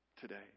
today